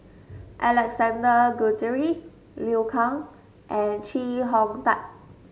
Alexander Guthrie Liu Kang and Chee Hong Tat